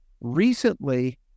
recently